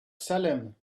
salem